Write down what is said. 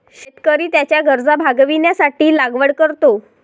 शेतकरी त्याच्या गरजा भागविण्यासाठी लागवड करतो